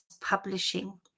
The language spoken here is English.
publishing